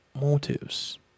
motives